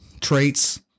traits